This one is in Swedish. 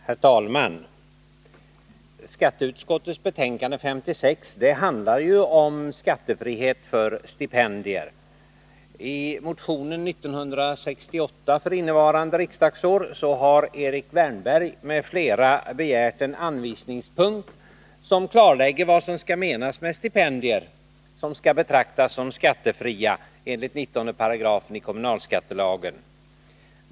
Herr talman! Skatteutskottets betänkande 1981 82:1698 har Erik Wärnberg m.fl. begärt en anvisningspunkt, som klarlägger vad som skall menas med stipendier som skall betraktas som skattefria enligt 19 § i kommunalskattelagen.